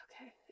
okay